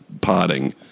potting